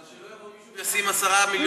אבל שלא יבוא מישהו וישים 10 מיליון שקל בשביל זה.